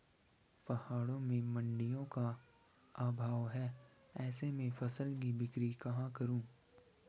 पहाड़ों में मडिंयों का अभाव है ऐसे में फसल की बिक्री कहाँ करूँ?